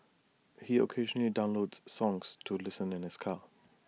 he occasionally downloads songs to listen in his car